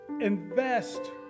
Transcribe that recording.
invest